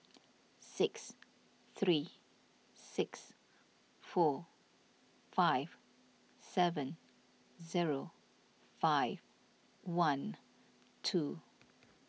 six three six four five seven zero five one two